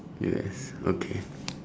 U_S okay